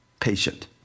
patient